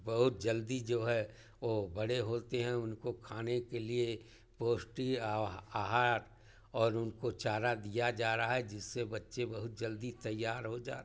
बहुत जल्दी जो है वे बड़े होते हैं उनको खाने के लिए पौष्टिक आहार और उनको चारा दिया जा रहा है जिससे बच्चे बहुत जल्दी तैयार हो जा रहे हैं